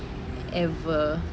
ever